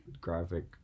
graphic